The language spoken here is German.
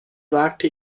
wagte